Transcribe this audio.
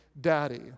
daddy